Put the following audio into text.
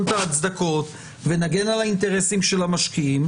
את ההצדקות ונגן על האינטרסים של המשקיעים,